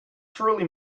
truly